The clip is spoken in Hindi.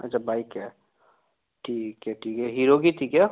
अच्छा बाइक है ठीक है ठीक है हीरो की थी क्या